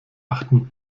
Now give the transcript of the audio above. achten